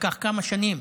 לקח כמה שנים